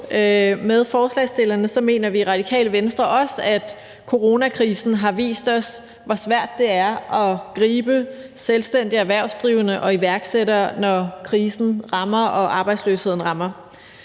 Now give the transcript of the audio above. med forslagsstillerne mener vi også i Det Radikale Venstre, at coronakrisen har vist os, hvor svært det er at gribe selvstændige erhvervsdrivende og iværksættere, når krisen rammer og arbejdsløsheden rammer.